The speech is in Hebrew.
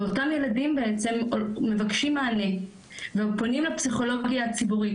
ואתם ילדים בעצם מבקשים מענה ופונים לפסיכולוגיה הציבורית.